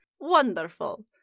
wonderful